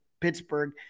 Pittsburgh